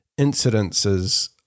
incidences